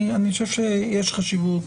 אני חושב שיש חשיבות,